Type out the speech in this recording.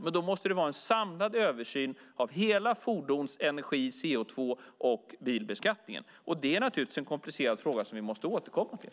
Men då måste det vara en samlad översyn av hela fordons-, energi, CO2 och bilbeskattningen, och det är naturligtvis en komplicerad fråga som vi måste återkomma till.